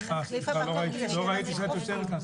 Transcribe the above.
סליחה, לא ראיתי לא ראיתי שאת יושבת כאן.